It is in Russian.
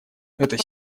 эта